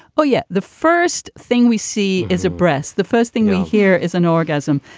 oh, yeah, the first thing we see is a breast. the first thing you hear is an orgasm.